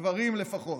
גברים לפחות.